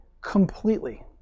completely